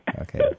Okay